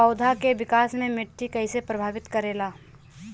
पौधा के विकास मे मिट्टी कइसे प्रभावित करेला?